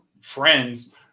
friends